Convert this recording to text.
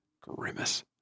Grimace